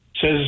says